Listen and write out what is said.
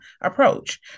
approach